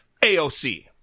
AOC